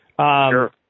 Sure